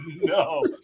no